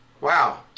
Wow